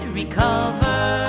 recover